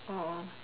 oh